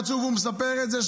הוא מספר את זה,